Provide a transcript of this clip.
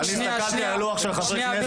הסתכלתי על הלוח של חברי הכנסת,